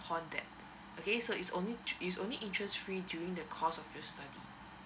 that okay so it's only it's only interest free during the course of your study